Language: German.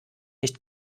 nicht